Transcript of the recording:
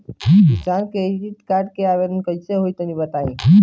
किसान credit card के आवेदन कईसे होई तनि बताई?